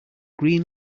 green